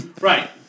Right